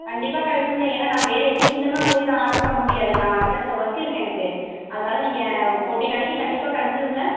கண்டிப்பாக கிடச்சிடும்ல ஏன்னால் நான் வேறு எங்கேயும் இனிமே போய் நான் ஆர்டர் பண்ண முடியாது நான் அடுத்தடுத்த ஒர்க் இருக்குது அதனால் நீங்கள் ஃபோர்டின் அன்னிக்கி கண்டிப்பாக கிடச்சிடும்ல